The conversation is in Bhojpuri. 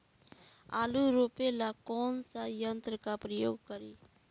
आलू रोपे ला कौन सा यंत्र का प्रयोग करी?